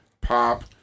pop